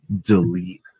delete